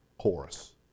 chorus